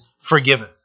forgiven